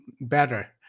better